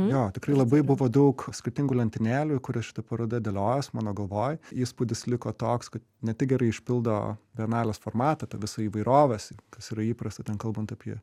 jo tikrai labai buvo daug skirtingų lentynėlių į kurias šita paroda dėliojos mano galvoj įspūdis liko toks kad ne tik gerai išpildo bienalės formatą ta visa įvairovės kas yra įprasta ten kalbant apie